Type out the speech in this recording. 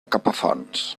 capafonts